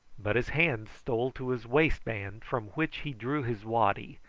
but his hand stole to his waistband, from which he drew his waddy,